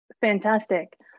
Fantastic